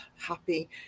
happy